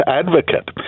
advocate